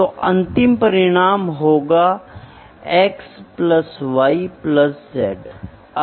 तो यहां हम हैंडबुक और सामान्य नियम से लेने की कोशिश करते हैं